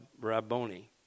Rabboni